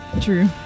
True